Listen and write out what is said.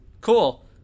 Cool